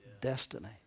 destiny